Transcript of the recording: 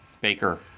baker